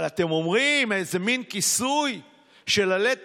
אבל אתם אומרים, באיזה מין כיסוי של עלה תאנה: